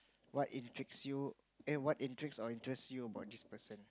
what intrigues you eh what intrigues or interest you about this person